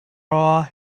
all